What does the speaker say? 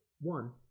One